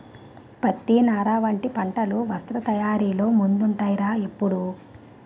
పత్తి, నార వంటి పంటలు వస్త్ర తయారీలో ముందుంటాయ్ రా ఎప్పుడూ